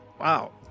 Wow